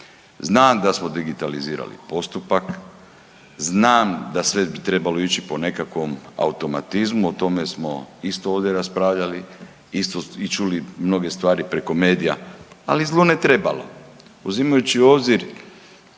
Znam da smo digitalizirali postupak, znam da sve bi trebalo ići po nekakvom automatizmu o tome smo isto ovdje raspravljali i čuli mnoge stvari preko medija, ali zlu ne trebalo. Uzimajući u obzir